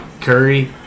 Curry